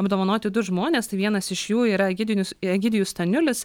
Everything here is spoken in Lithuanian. apdovanoti du žmonės tai vienas iš jų yra egidinius egidijus staniulis